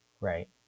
Right